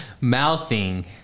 Mouthing